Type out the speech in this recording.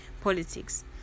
politics